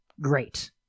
great